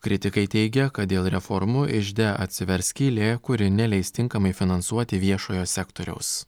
kritikai teigia kad dėl reformų ižde atsivers skylė kuri neleis tinkamai finansuoti viešojo sektoriaus